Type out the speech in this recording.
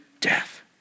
death